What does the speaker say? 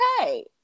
okay